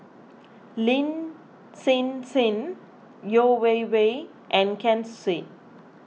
Lin Hsin Hsin Yeo Wei Wei and Ken Seet